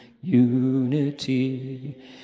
unity